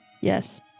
Yes